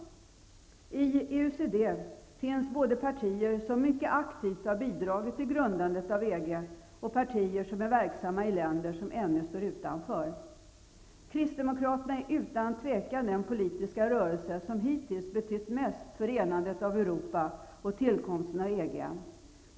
I EUCD finns både partier som mycket aktivt bidragit till grundandet av EG och partier verksamma i länder som ännu står utanför. Kristdemokraterna är utan tvivel den politiska rörelse som hittills har betytt mest för enandet av Europa och tillkomsten av EG.